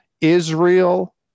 Israel